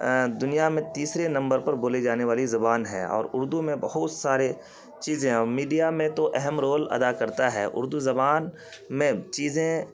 دنیا میں تیسرے نمبر پر بولے جانے والی زبان ہے اور اردو میں بہت سارے چیزیں اور میڈیا میں تو اہم رول ادا کرتا ہے اردو زبان میں چیزیں